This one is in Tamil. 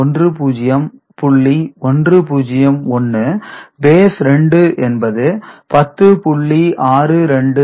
101 பேஸ் 2 என்பது 10